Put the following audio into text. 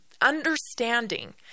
understanding